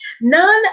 none